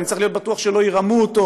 אני צריך להיות בטוח שלא ירמו אותו,